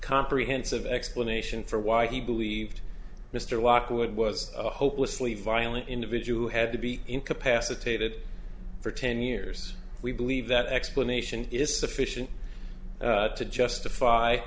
comprehensive explanation for why he believed mr walker would was hopelessly violent individual had to be incapacitated for ten years we believe that explanation is sufficient to justify